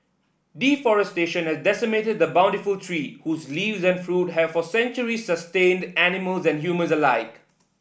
deforestation has decimated the bountiful tree whose leaves and fruit have for centuries sustained animals and humans alike